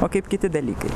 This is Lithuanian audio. o kaip kiti dalykai